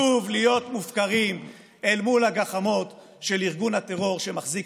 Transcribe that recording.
שוב להיות מופקרים אל מול הגחמות של ארגון הטרור שמחזיק